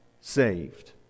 saved